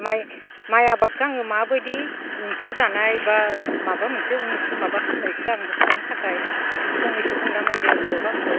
माइ आबादखो आङो माबादि एम्फौ जानाय बा माबा मोनसे अनिस्थ' माबा मोनसे खालामनायखौ आं होबथानो थाखाय फंनैसो बुंनो नामायदो बेयाव आंखो